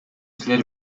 силер